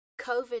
COVID